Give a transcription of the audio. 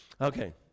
Okay